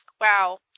Wow